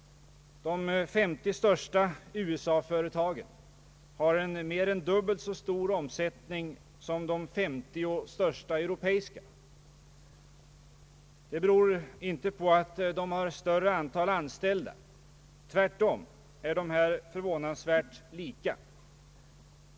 De 50 största USA-företagen har en mer än dubbelt så stor omsättning som de 50 största europeiska. Detta beror inte på att de har ett större antal anställda — tvärtom är de på detta område förvånansvärt lika.